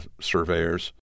surveyors